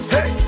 Hey